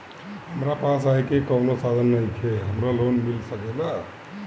हमरा पास आय के कवनो साधन नईखे हमरा लोन मिल सकेला?